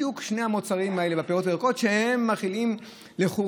בדיוק שני המוצרים האלה מהפירות והירקות שמכילים לכאורה